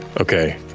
Okay